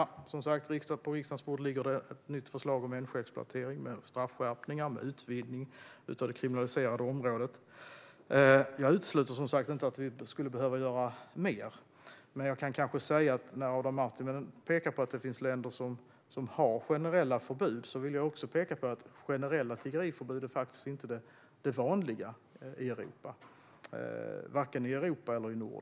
På riksdagens bord ligger det, som sagt, ett nytt förslag om människoexploatering med straffskärpningar och med utvidgning av det kriminaliserade området. Jag utesluter inte att vi skulle behöva göra mer. Men när Adam Marttinen pekar på att det finns länder som har generella förbud vill jag också peka på att generella tiggeriförbud faktiskt inte är det vanliga, vare sig i Norden eller i Europa.